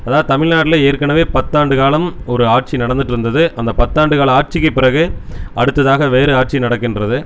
அதாவது தமிழ் நாட்டில் ஏற்கனவே பத்தாண்டு காலம் ஒரு ஆட்சி நடந்துட்டிருந்துது அந்த பத்தாண்டு காலம் ஆட்சிக்கு பிறகு அடுத்ததாக வேறு ஆட்சி நடக்கின்றது